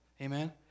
Amen